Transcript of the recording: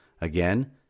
Again